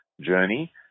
journey